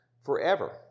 forever